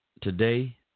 today